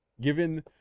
Given